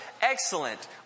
excellent